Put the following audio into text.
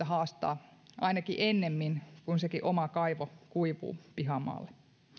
haastaa ainakin ennemmin kuin se omakin kaivo kuivuu pihamaalla